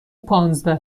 پانزده